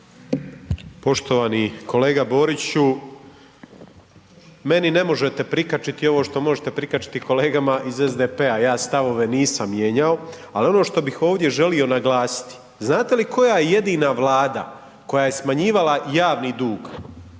Poštovani kolega Boriću, meni ne možete prikačiti ovo što možete prikačiti kolegama iz SDP-a, ja stavove nisam mijenjao, ali ono što bih ovdje želio naglasiti. Znate li koja je jedina vlada koja je smanjivala javni dug,